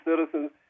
citizens